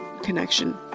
connection